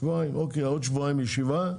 עוד שבועיים ישיבה.